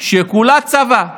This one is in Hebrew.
שכולה צבא,